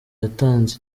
yatanze